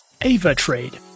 AvaTrade